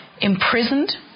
imprisoned